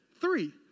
three